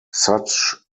such